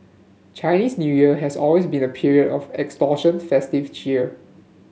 Chinese New Year has always been a period of extortion festive cheer